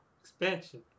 expansion